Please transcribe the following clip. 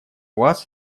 вас